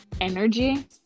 Energy